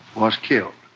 was killed